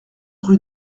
rue